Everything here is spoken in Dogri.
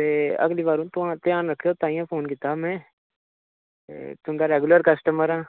ते अगली बार हु'न तोआं ध्यान रक्खयो ताइयें फोन कीता मैं ते तुं'दा रैगुलर कस्टमर आं